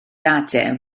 gadael